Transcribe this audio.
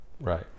Right